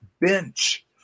bench